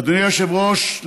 אדוני היושב-ראש,